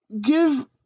give